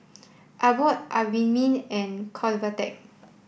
Abbott Obimin and Convatec